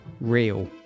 real